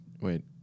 Wait